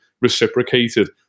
reciprocated